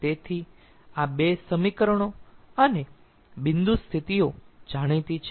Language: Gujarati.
તેથી આ 2 સમીકરણો અને બિંદુ સ્થિતિઓ જાણીતી છે